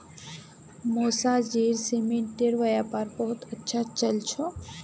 मौसाजीर सीमेंटेर व्यापार बहुत अच्छा चल छ